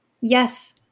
Yes